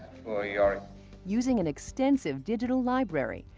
ah yeah ah using an extensive digital library,